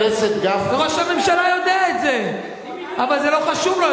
ראש הממשלה יודע את זה, אבל זה לא חשוב לו.